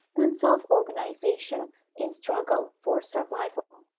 and self-organization in struggle for survival